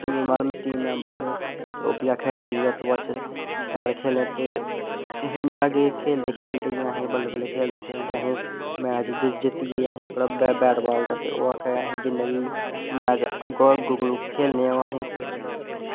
team member हे ते ओह् बी आखन ठीक ऐ तूं अज्ज शैल खेलेआ ते इयां गै खेलदे खेलदे बल्लें बल्लें खेलदे खेलदे असें मैच जित्तियै असें ओकड़ा बैट बॉल दा ओह् आक्खा दे असैं जिन्ने बी मैच अग्गें कोलूं खेलनें ऐ